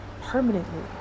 permanently